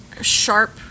sharp